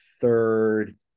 third